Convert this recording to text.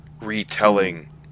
retelling